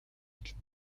хэлнэ